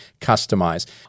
customize